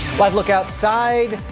live look outside.